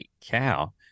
cow